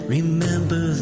Remember